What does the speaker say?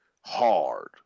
hard